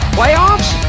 playoffs